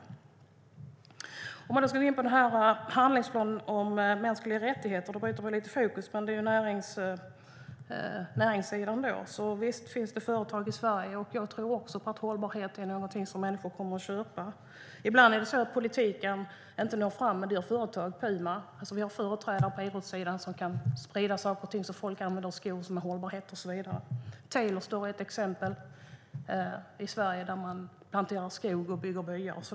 Nu byter vi lite fokus och går in på handlingsplanen för mänskliga rättigheter, men det gäller ju näringssidan. Visst finns det företag i Sverige. Jag tror också att hållbarhet är något som människor kommer att köpa. Ibland når politiken inte fram medan företagen gör det, såsom Puma. Vi har företrädare på idrottssidan som kan sprida saker och ting så att folk använder skor som är hållbara och så vidare. Ett exempel i Sverige är Tailor Store, som planterar skog och bygger byar.